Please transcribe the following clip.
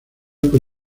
por